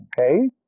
Okay